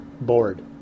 bored